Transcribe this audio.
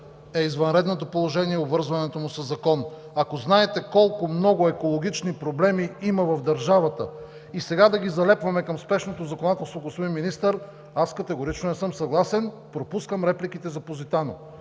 е извънредното положение и обвързването му със закон. Ако знаете колко много екологични проблеми има в държавата, а сега да ги залепваме към спешното законодателство, господин Министър, аз категорично не съм съгласен! Пропускам репликите за „Позитано“.